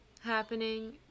happening